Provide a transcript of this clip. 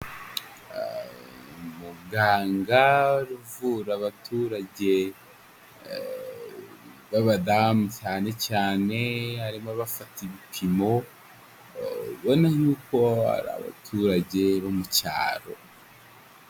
Muganga uvura abaturage b'abadamu cyane cyane harimo abafata ibipimo ubona y'uko ari abaturage bo mu cyaro.